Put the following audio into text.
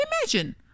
Imagine